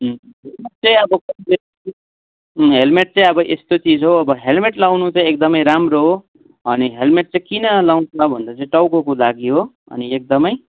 त्यही अब हेल्मेट चाहिँ अब यस्तो चिज हो अब हेल्मेट लाउनु चाहिँ एकदमै राम्रो हो अनि हेल्मेट चाहिँ किन लाउँछ भन्दा चाहिँ टाउकोको लागि हो अनि एकदमै